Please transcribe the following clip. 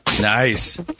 Nice